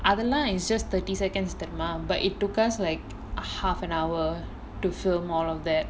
அதுல:athula just thirty seconds தெரியுமா:theriyumaa but it took us like a half an hour to flim all of that